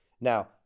Now